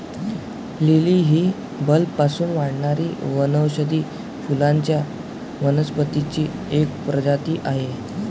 lily ही बल्बपासून वाढणारी वनौषधी फुलांच्या वनस्पतींची एक प्रजाती आहे